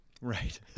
Right